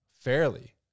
fairly